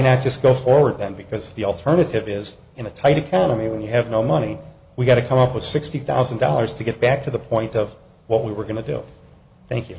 not just go forward then because the alternative is in a tight economy when you have no money we got to come up with sixty thousand dollars to get back to the point of what we were going to do thank you